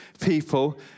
people